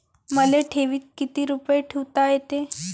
मले ठेवीत किती रुपये ठुता येते?